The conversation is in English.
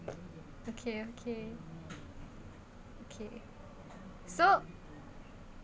okay okay okay so